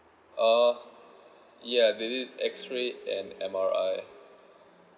uh ya they did X ray and M_R_I